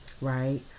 right